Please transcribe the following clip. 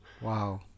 wow